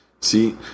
See